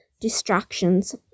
distractions